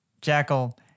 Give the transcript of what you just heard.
Jackal